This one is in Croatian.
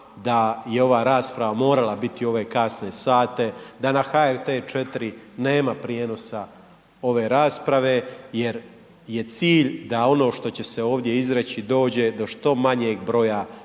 da je ova rasprava morala biti u ove kasne sate, da na HRT 4 nema prijenosa ove rasprave jer je cilj da ono što će se ovdje izreći dođe do što manjeg broja ljudi, al